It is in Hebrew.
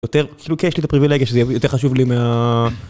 יותר... כאילו, כן, יש לי את הפריבילגיה, שזה יותר חשוב לי מה...